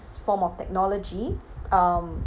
s~ form of technology um